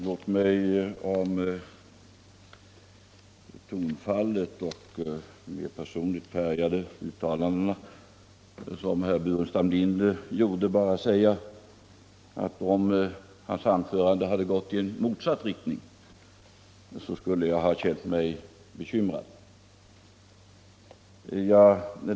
Herr talman! Låt mig med anledning av herr Burenstam Linders ord om herr Svanbergs tonfall och de andra mer personligt färgade uttalanden som herr Burenstam Linder gjorde bara säga att jag, om hans anförande hade gått i motsatt riktning, skulle ha känt mig bekymrad.